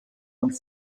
und